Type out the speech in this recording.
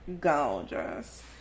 gorgeous